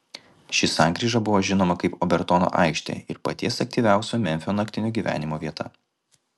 ši sankryža buvo žinoma kaip obertono aikštė ir paties aktyviausio memfio naktinio gyvenimo vieta